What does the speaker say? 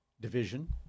division